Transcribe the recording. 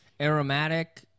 aromatic